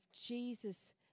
Jesus